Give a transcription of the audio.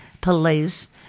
police